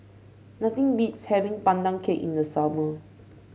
nothing beats having Pandan Cake in the summer